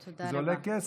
כי זה עולה כסף.